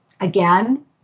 again